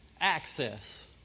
access